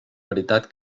veritat